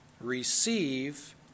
receive